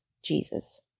Jesus